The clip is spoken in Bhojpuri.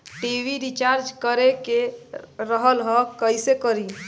टी.वी रिचार्ज करे के रहल ह कइसे करी?